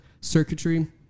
circuitry